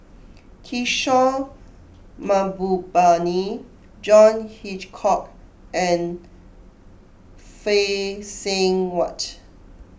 Kishore Mahbubani John Hitchcock and Phay Seng Whatt